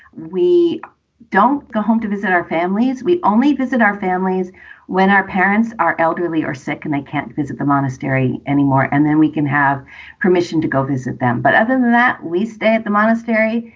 we don't go home to visit our families. we only visit our families when our parents are elderly or sick and they can't visit the monastery anymore. and then we can have permission to go visit them. but other than that, we stay at the monastery.